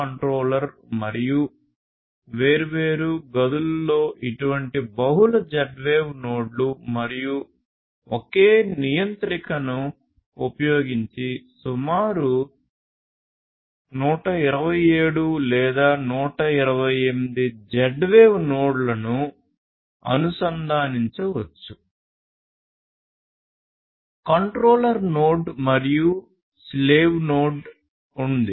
controller node మరియు slave node ఉంది